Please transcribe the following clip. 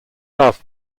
love